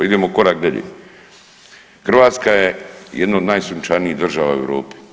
Idemo korak dalje, Hrvatska je jedna od najsunčanijih država u Europi.